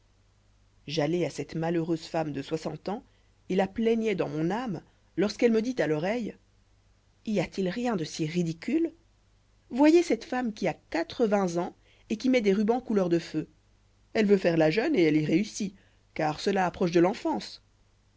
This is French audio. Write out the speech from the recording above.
j'allai à cette malheureuse femme de soixante ans et la plaignois dans mon âme lorsqu'elle me dit à l'oreille y a-t-il rien de si ridicule voyez cette femme qui a quatre-vingts ans et qui met des rubans couleur de feu elle veut faire la jeune et elle y réussit car cela approche de l'enfance